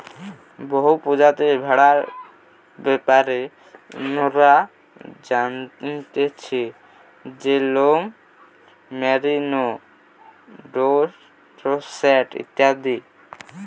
বহু প্রজাতির ভেড়ার ব্যাপারে মোরা জানতেছি যেরোম মেরিনো, ডোরসেট ইত্যাদি